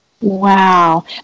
Wow